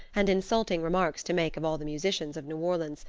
and insulting remarks to make of all the musicians of new orleans,